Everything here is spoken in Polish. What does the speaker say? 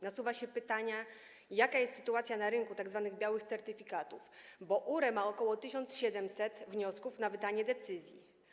Nasuwa się pytanie o to, jaka jest sytuacja na rynku tzw. białych certyfikatów, bo URE ma ok. 1700 wniosków o wydanie decyzji.